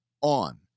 on